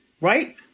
right